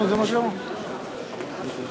חבר